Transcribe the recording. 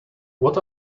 what